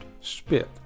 spit